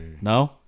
No